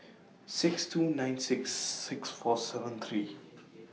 six two nine six six four seven three